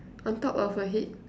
on top of her head